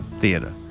theater